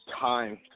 time